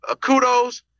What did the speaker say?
kudos